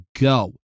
go